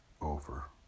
over